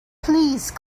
please